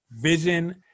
vision